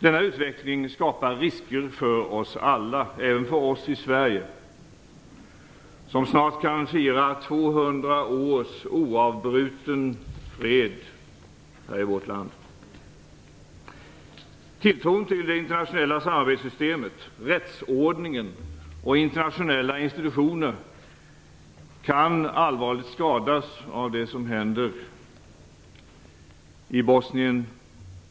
Denna utveckling skapar risker för oss alla - även för oss i Sverige, som snart kan fira 200 års oavbruten fred i vårt land. Tilltron till det internationella samarbetssystemet, rättsordningen och internationella institutioner kan allvarligt skadas av det som händer i Bosnien